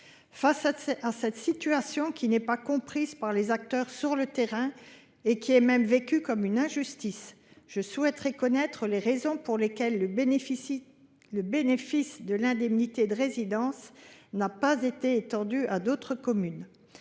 Face à cette situation, qui, loin d’être comprise par les acteurs sur le terrain, est même vécue comme une injustice, je souhaiterais connaître les raisons pour lesquelles le bénéfice de l’indemnité de résidence n’a pas été étendu à d’autres communes.